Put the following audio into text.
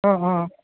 অ' অ'